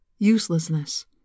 Uselessness